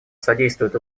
содействует